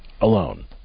alone